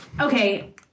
Okay